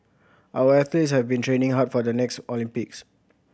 our athletes have been training hard for the next Olympics